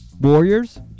Warriors